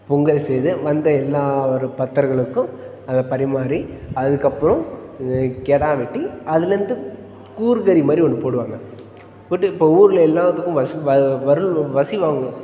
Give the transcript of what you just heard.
பொங்கல் செய்து வந்த எல்லா ஒரு பக்தர்களுக்கும் அதை பரிமாறி அதுக்கப்புறம் கிடா வெட்டி அதுலேருந்து கூறு கறி மாதிரி ஒன்று போடுவாங்க போட்டு இப்போ ஊரில் எல்லாத்துக்கும் வசூல் வ வருல் வசி வாங்குவோம்